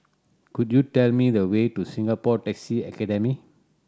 could you tell me the way to Singapore Taxi Academy